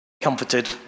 comforted